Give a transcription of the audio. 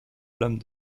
lames